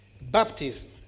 baptism